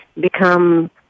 become